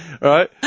right